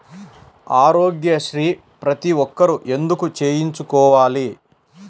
ఆరోగ్యశ్రీ ప్రతి ఒక్కరూ ఎందుకు చేయించుకోవాలి?